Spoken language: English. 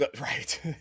right